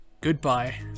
goodbye